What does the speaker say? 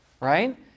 right